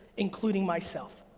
including myself.